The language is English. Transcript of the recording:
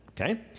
okay